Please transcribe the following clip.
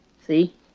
See